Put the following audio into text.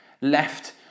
left